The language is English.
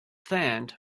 tenth